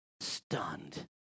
stunned